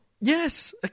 Yes